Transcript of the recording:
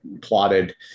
plotted